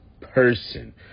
person